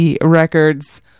Records